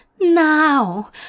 now